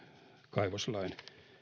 kaivoslain